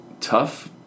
tough